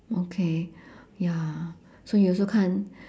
okay ya so you also can't